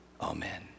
Amen